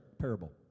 parable